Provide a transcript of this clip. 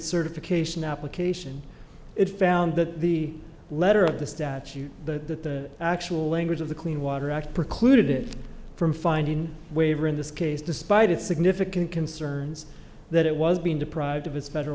certification application it found that the letter of the statute the actual language of the clean water act precluded it from finding waiver in this case despite its significant concerns that it was being deprived of its federal